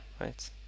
right